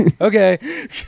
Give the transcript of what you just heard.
Okay